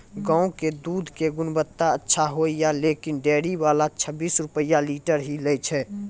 गांव के दूध के गुणवत्ता अच्छा होय या लेकिन डेयरी वाला छब्बीस रुपिया लीटर ही लेय छै?